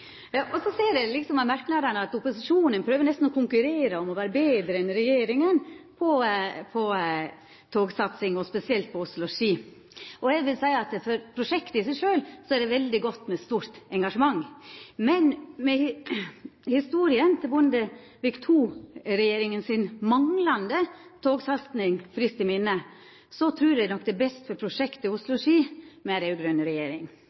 Eg ser av merknadene at opposisjonen nesten prøver å konkurrera om å vera betre enn regjeringa på togsatsing, og spesielt på Oslo–Ski. Eg vil seia at for prosjektet i seg sjølv er det veldig godt med stort engasjement. Men med historia om Bondevik II-regjeringas manglande togsatsing friskt i minne, trur eg nok det er best for prosjektet Oslo–Ski med ei raud-grøn regjering. Det måtte ei raud-grøn regjering til for å koma i gang, og det er ei raud-grøn regjering